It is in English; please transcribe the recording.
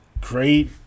Great